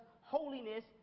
holiness